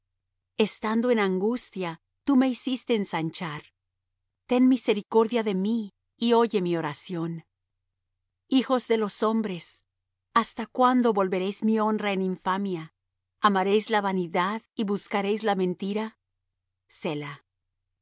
estando en angustia tú me hiciste ensanchar ten misericordia de mí y oye mi oración hijos de los hombres hasta cuándo volveréis mi honra en infamia amaréis la vanidad y buscaréis la mentira